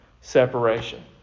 separation